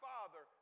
Father